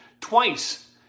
twice